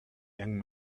young